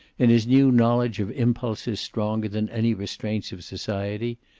in his new knowledge of impulses stronger than any restraints of society,